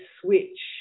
switch